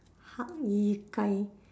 hak-yi-kai